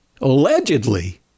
allegedly